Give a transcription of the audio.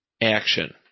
Action